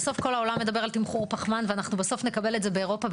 בסוף כל העולם מדבר על תמחור פחמן ואנחנו בסוף נקבל את זה באירופה,